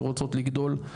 שרוצות לגדול,